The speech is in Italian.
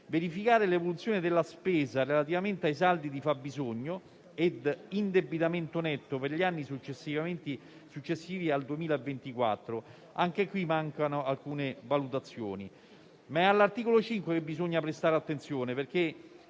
verificare l'evoluzione della spesa relativamente ai saldi di fabbisogno e indebitamento netto per gli anni successivi al 2024. Anche in tal caso mancano alcune valutazioni. È però all'articolo 5 che bisogna prestare attenzione perché